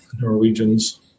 Norwegians